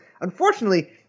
unfortunately